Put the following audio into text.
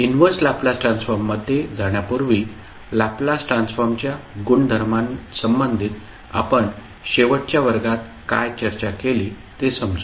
inverse Laplace ट्रान्सफॉर्ममध्ये जाण्यापूर्वी Laplace ट्रान्सफॉर्मच्या गुणधर्मां संबंधित आपण शेवटच्या वर्गात काय चर्चा केली ते समजू